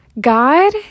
god